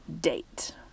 date